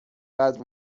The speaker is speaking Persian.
قدر